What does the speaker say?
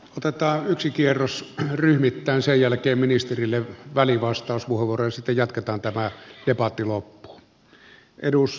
otetaan yksi kierros ryhmittäin sen jälkeen ministerille välivastauspuheenvuoro ja sitten jatketaan tämä debatti loppuun